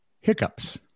hiccups